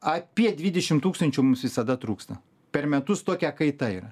apie dvidešim tūkstančių mums visada trūksta per metus tokia kaita yra